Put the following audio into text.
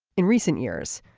in recent years.